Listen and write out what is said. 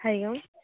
हरिः ओम्